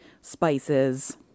spices